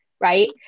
Right